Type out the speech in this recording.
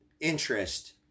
interest